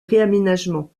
réaménagement